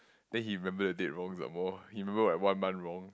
then he remembered the date wrong some more he remember like one month wrong